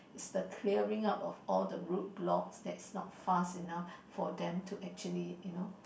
is the clearing up of all the roadblocks that's not fast enough for them to actually you know